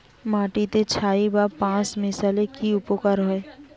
মাটিতে ছাই বা পাঁশ মিশালে কি উপকার হয়?